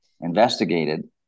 investigated